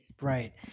Right